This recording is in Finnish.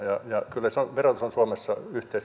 kyllä se verotus on suomessa